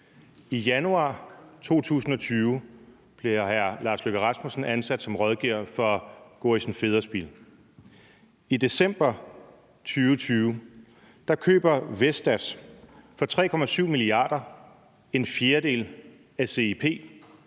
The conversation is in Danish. I januar 2020 bliver hr. Lars Løkke Rasmussen ansat som rådgiver for Gorrissen Federspiel. I december 2020 køber Vestas for 3,7 mia. kr. en fjerdedel af CIP.